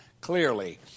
clearly